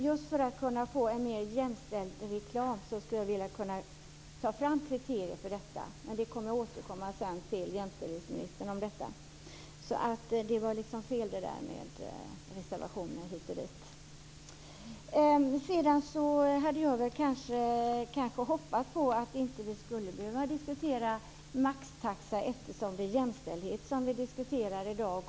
Just för att få en mer jämställd reklam skulle jag vilja att det tas fram kriterier för detta. Jag återkommer till jämställdhetsministern om detta. Det som sades om reservationerna var alltså fel. Jag hade hoppats att vi inte skulle behöva diskutera maxtaxa, eftersom det är jämställdhet som vi diskuterar i dag.